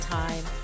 time